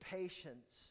patience